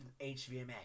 HVMA